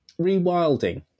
rewilding